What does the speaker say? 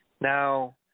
Now